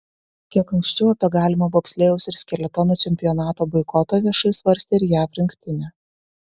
kiek anksčiau apie galimą bobslėjaus ir skeletono čempionato boikotą viešai svarstė ir jav rinktinė